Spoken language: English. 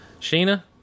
Sheena